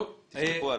תסמכו עליהם.